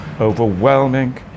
overwhelming